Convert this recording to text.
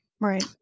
Right